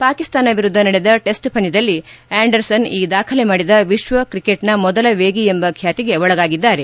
ಪಾಕಿಸ್ತಾನ ವಿರುದ್ಧ ನಡೆದ ಟೆಸ್ ಪಂದ್ಯದಲ್ಲಿ ಆಂಡರ್ಸನ್ ಈ ದಾಖಲೆ ಮಾಡಿದ ವಿಶ್ವ ಕ್ರಿಕೆಟ್ನ ಮೊದಲ ವೇಗಿ ಎಂಬ ಖ್ಯಾತಿಗೆ ಒಳಗಾಗಿದ್ದಾರೆ